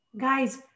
guys